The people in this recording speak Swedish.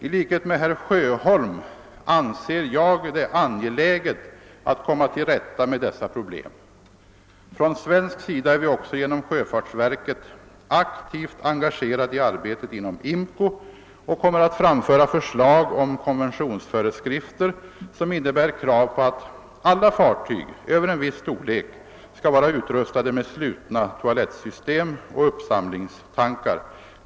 I likhet med herr Sjöholm anser jag det angeläget att komma till rätta med dessa problem. Från svensk sida är vi också genom sjöfartsverket aktivt engagerade i arbetet inom IMCO och kommer att framföra förslag om konventionsföreskrifter som innebär krav på att alla fartyg över en viss storlek skall vara utrustade med slutna toalettsystem och uppsamlingstankar.